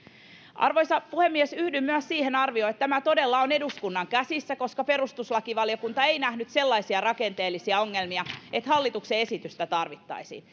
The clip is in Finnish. arvoisa puhemies yhdyn myös siihen arvioon että tämä todella on eduskunnan käsissä koska perustuslakivaliokunta ei nähnyt sellaisia rakenteellisia ongelmia että hallituksen esitystä tarvittaisiin